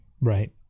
Right